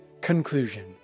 Conclusion